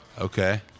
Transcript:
okay